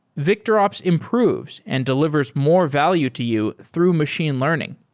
victorops improves and delivers more value to you through machine learning.